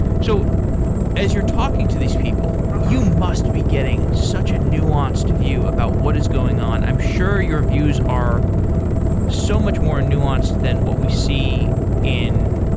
so as you're talking to these people, you must be getting such a nuanced view about what is going on. i'm sure your views are so much more nuanced than what we see in